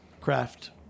craft